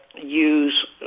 use